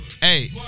Hey